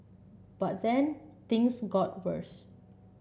but then things got worse